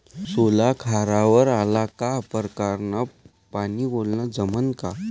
सोला खारावर आला का परकारं न पानी वलनं जमन का?